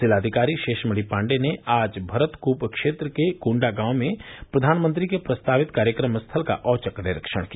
जिलाधिकारी शेषमणि पांडे ने आज भरतकूप क्षेत्र के गोंडा गांव में प्रधानमंत्री के प्रस्तावित कार्यक्रम स्थल का औचक निरीक्षण किया